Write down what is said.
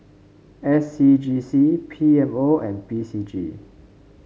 S C G C P M O and P C G